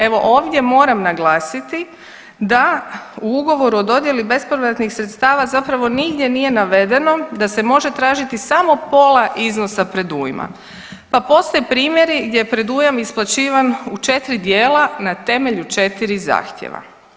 Evo ovdje moram naglasiti da je ugovoru o dodjeli bespovratnih sredstava zapravo nigdje nije navedeno da se može tražiti samo pola iznosa predujma, pa postoje primjeri gdje predujam isplaćivan u četiri dijela na temelju četiri zahtjeva.